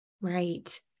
Right